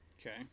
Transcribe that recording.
Okay